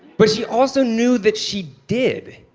but she also knew that she did,